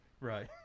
right